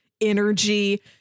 energy